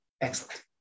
Excellent